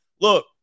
look